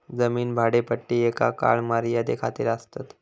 जमीन भाडेपट्टी एका काळ मर्यादे खातीर आसतात